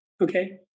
Okay